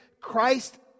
Christ